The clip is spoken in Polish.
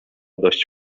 dość